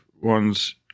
Ones